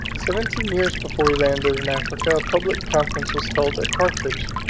seventeen years before he landed in africa public conference was held at carthage,